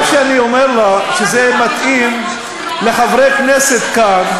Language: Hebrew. מה שאני אומר לך, שזה מתאים לחברי כנסת כאן,